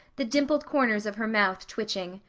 the dimpled corners of her mouth twitching.